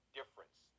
difference